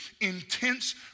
intense